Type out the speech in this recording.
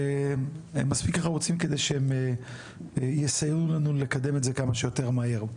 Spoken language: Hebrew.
והם מספיק חרוצים כדי שהם יסייעו לנו לקדם את זה כמה שיותר מהר.